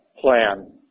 plan